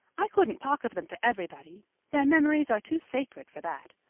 i couldn't talk of them to everybody their memories are too sacred for that.